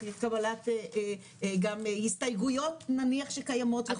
אחרי קבלת גם הסתייגויות נניח שקיימות.